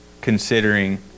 considering